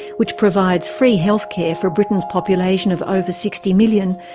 which provides free health care for britain's population of over sixty million,